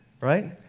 right